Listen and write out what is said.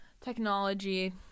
Technology